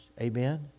Amen